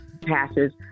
passes